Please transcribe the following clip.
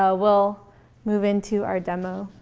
ah we'll move into our demo.